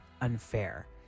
unfair